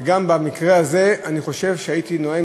וגם במקרה הזה אני חושב שהייתי נואם